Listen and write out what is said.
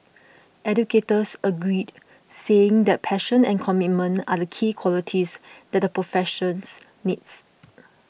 educators agreed saying that passion and commitment are the key qualities that the professions needs